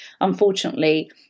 Unfortunately